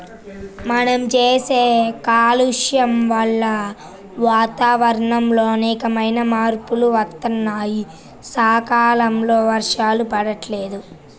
మనం చేసే కాలుష్యం వల్ల వాతావరణంలో అనేకమైన మార్పులు వత్తన్నాయి, సకాలంలో వర్షాలు పడతల్లేదు